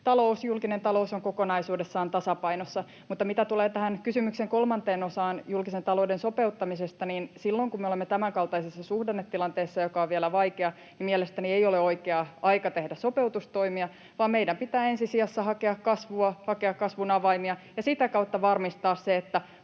julkinen talous, on kokonaisuudessaan tasapainossa. Mitä tulee tähän kysymyksen kolmanteen osaan julkisen talouden sopeuttamisesta, niin silloin, kun me olemme tämänkaltaisessa suhdannetilanteessa, joka on vielä vaikea, niin mielestäni ei ole oikea aika tehdä sopeutustoimia, vaan meidän pitää ensi sijassa hakea kasvua, hakea kasvun avaimia ja sitä kautta varmistaa se, että